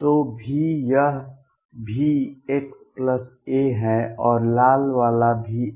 तो v यह Vxa है और लाल वाला V